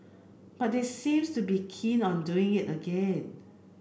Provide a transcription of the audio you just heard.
but they seems to be keen on doing it again